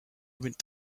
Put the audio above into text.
went